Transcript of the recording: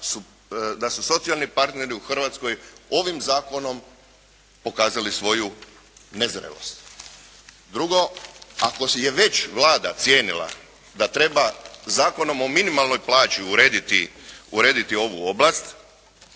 da su socijalni partneri u Hrvatskoj ovim zakonom pokazali svoju nezrelost. Drugo, ako si je već Vlada cijenila da treba Zakonom o minimalnoj plaći urediti ovu oblast,